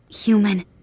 human